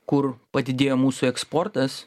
kur padidėjo mūsų eksportas